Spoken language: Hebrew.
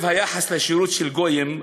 היחס לשירות של גויים,